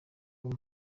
uwo